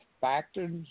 factors